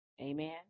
Amen